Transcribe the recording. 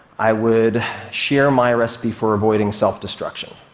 i would share my recipe for avoiding self-destruction,